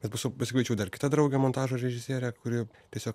bet paskui pasikviečiau dar kitą draugę montažo režisierę kuri tiesiog